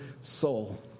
soul